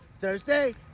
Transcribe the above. Thursday